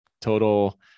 total